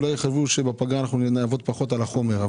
אולי חשבו שבפגרה נעבוד פחות על החומר.